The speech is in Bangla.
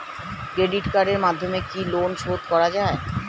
ক্রেডিট কার্ডের মাধ্যমে কি লোন শোধ করা যায়?